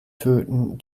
töten